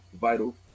vital